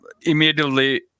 immediately